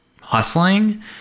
hustling